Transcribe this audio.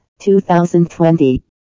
2020